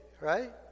right